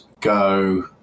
go